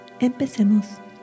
Empecemos